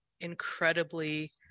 incredibly